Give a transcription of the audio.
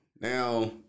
Now